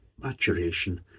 maturation